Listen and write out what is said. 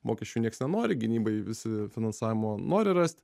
mokesčių nieks nenori gynybai visi finansavimo nori rast